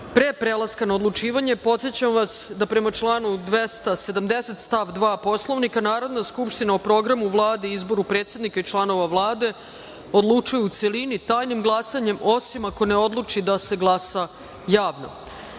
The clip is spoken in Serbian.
pre prelaska na odlučivanje podsećam vas, da prema članu 270. stav 2. Poslovnika, Narodna skupština o Programu Vlade i izboru predsednika i članova Vlade odlučuje u celini, tajnim glasanjem, osim ako ne odluči da se glasa javno.